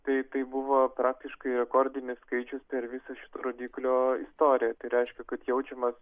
tai tai buvo praktiškai rekordinis skaičius per visą šito rodiklio istorijoje tai reiškia kad jaučiamas